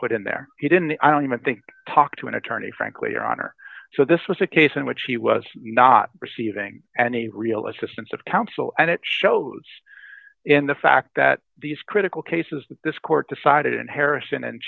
put in there he didn't i don't even think talk to an attorney frankly your honor so this was a case in which he was not receiving any real assistance of counsel and it shows in the fact that these critical cases that this court decided and harrison and